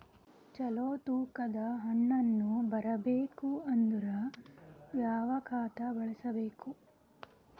ಚಲೋ ತೂಕ ದ ಹಣ್ಣನ್ನು ಬರಬೇಕು ಅಂದರ ಯಾವ ಖಾತಾ ಬಳಸಬೇಕು?